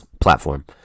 platform